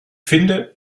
finde